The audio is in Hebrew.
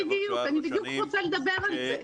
אני בדיוק רוצה לדבר על זה.